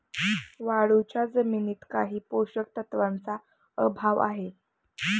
वाळूच्या जमिनीत काही पोषक तत्वांचा अभाव आहे